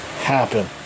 happen